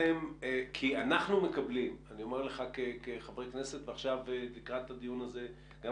אנחנו כחברי כנסת ועכשיו לקראת הדיון הזה גם